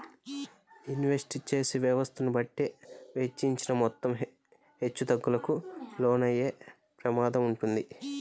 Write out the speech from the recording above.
invest చేసే వ్యవస్థను బట్టే వెచ్చించిన మొత్తం హెచ్చుతగ్గులకు లోనయ్యే ప్రమాదం వుంటది